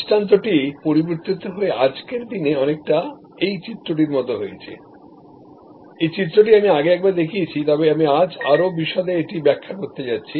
দৃষ্টান্তটি পরিবর্তিত হয়ে আজকের দিনে অনেকটা এই চিত্রটির মত হয়েছে এই চিত্রটি আমি আগে একবার দেখিয়েছি তবে আমি আজ আরও বিশদে এটি ব্যাখ্যা করতে যাচ্ছি